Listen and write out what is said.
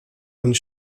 und